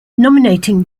nominating